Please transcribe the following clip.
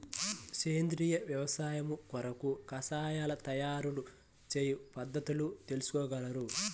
సేంద్రియ వ్యవసాయము కొరకు కషాయాల తయారు చేయు పద్ధతులు తెలుపగలరు?